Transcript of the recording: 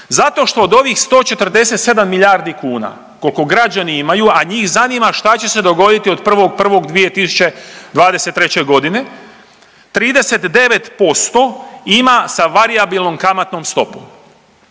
Zato što od ovih 147 milijardi kuna kolko građani imaju, a njih zanima šta će se dogoditi od 1.1.2023.g., 39% ima sa varijabilnom kamatnom stopom.